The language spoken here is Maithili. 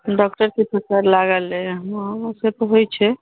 डॉक्टरके फिकर लागल यऽहँ से तऽ होइ छै